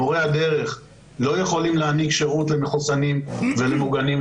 מורי הדרך לא יכולים להעניק שירות למחוסנים ולמוגנים,